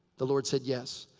the lord said, yes.